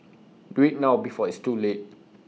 do IT now before it's too late